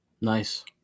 Nice